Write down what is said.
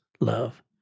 love